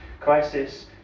Crisis